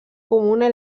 comuna